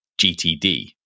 GTD